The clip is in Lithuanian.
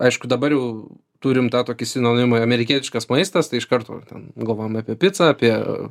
aišku dabar jau turim tą tokį sinonimą amerikietiškas maistas tai iš karto galvojame apie picą apie